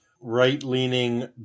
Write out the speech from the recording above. right-leaning